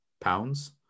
pounds